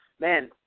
Man